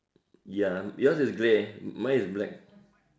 ya your is grey mine is black